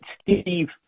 Steve